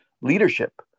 leadership